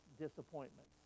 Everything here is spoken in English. disappointment